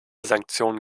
sanktionen